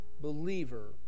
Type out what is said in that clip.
believer